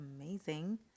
amazing